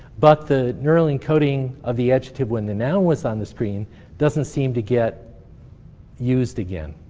but the neural encoding of the adjective when the noun was on the screen doesn't seem to get used again.